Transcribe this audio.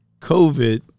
COVID